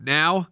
now